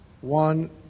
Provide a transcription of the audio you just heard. One